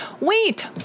Wait